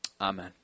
Amen